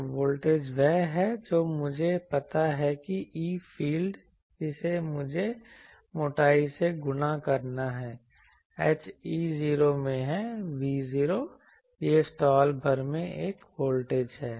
तो वोल्टेज वह है जो मुझे पता है कि e फ़ील्ड जिसे मुझे मोटाई से गुणा करना है h E0 में है V0 यह स्लॉट भर में एक वोल्टेज है